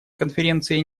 конференции